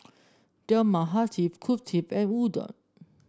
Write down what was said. Dal Makhani Kulfi and Udon